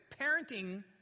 parenting